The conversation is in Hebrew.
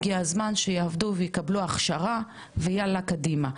הגיע הזמן שיעבדו ויקבלו הכשרה ויאללה קדימה.